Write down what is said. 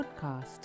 podcast